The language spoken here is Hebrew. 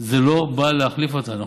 זה לא בא להחליף אותנו.